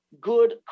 good